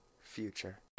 future